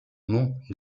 monts